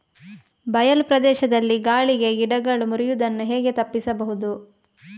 ಬಯಲು ಪ್ರದೇಶದಲ್ಲಿ ಗಾಳಿಗೆ ಗಿಡಗಳು ಮುರಿಯುದನ್ನು ಹೇಗೆ ತಪ್ಪಿಸಬಹುದು?